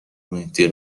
مهدی